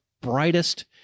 brightest